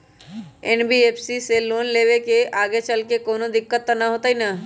NBFC से loan लेबे से आगेचलके कौनो दिक्कत त न होतई न?